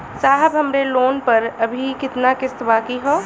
साहब हमरे लोन पर अभी कितना किस्त बाकी ह?